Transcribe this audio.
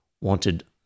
wanted